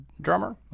Drummer